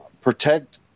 protect